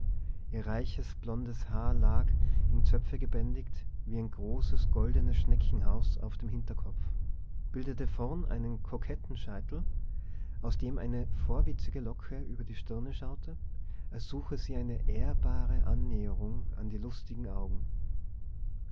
ihr reiches blondes haar lag in zöpfe gebändigt wie ein großes goldenes schneckenhaus auf dem hinterkopf bildete vorne einen koketten scheitel aus dem eine vorwitzige locke über die stirne schaute als suche sie ehrbare annäherung an die lustigen augen